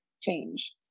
change